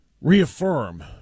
reaffirm